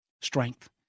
strength